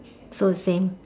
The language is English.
so same